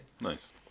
Nice